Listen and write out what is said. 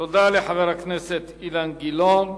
תודה לחבר הכנסת אילן גילאון.